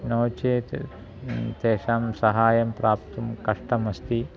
नो चेत् तेषां सहायं प्राप्तुं कष्टमस्ति